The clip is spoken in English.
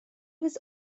was